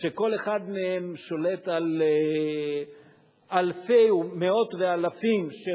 שכל אחת מהן שולטת על מאות ואלפים של